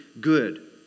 good